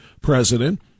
president